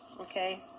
Okay